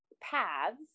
paths